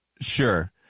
Sure